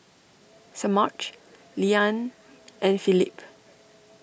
Semaj Leann and Philip